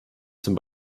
zum